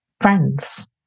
friends